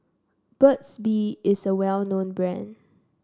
Burt's Bee is a well known brand